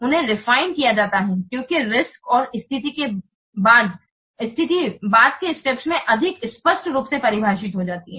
उन्हें रिफियन किया जाता है क्योंकि रिस्क और स्थिति बाद के स्टेप्स में अधिक स्पष्ट रूप से परिभाषित हो जाती हैं